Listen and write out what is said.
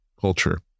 culture